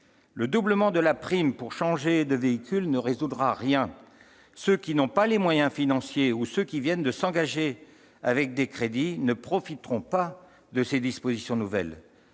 Le doublement de la prime pour changer de véhicule ne résoudra rien. Ceux qui n'ont pas les moyens financiers ou ceux qui viennent de s'engager en souscrivant un crédit ne profiteront pas de ces dispositions nouvelles.